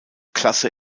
klasse